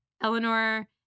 Eleanor